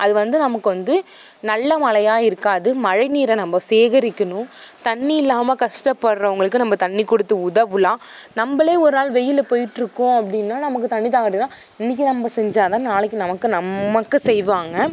அது வந்து நமக்கு வந்து நல்ல மழையா இருக்காது மழைநீரை நம்ம சேகரிக்கணும் தண்ணி இல்லாமல் கஷ்டப்பட்றவங்களுக்கு நம்ம தண்ணி கொடுத்து உதவலாம் நம்மளே ஒரு நாள் வெயிலில் போய்ட்ருக்கோம் அப்படின்னா நமக்கு தண்ணி தாகம் எடுத்தால் இன்னைக்கி நம்ம செஞ்சால் தான் நாளைக்கி நமக்கு நம்மக்கு செய்வாங்க